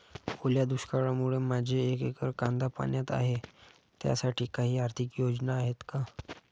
ओल्या दुष्काळामुळे माझे एक एकर कांदा पाण्यात आहे त्यासाठी काही आर्थिक योजना आहेत का?